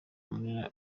munini